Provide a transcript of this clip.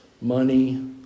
money